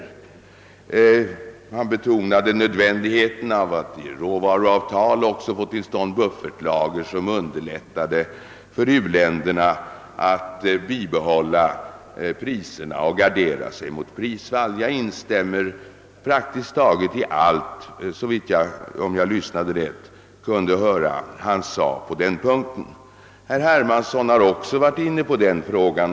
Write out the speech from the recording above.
Herr Wedén betonade nödvändigheten av att i råvaruavtal också införa buffertlagar som underlättade för u-länderna att vidhålla priserna och gardera sig mot prisfall. Jag instämmer i praktiskt taget allt vad han — om jag lyssnade rätt — hade att säga på den punkten. Herr Hermansson har också varit inne på den frågan.